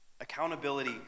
Accountability